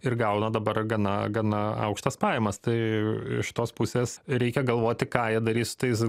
ir gauna dabar gana gana aukštas pajamas tai iš tos pusės reikia galvoti ką jie darys su tais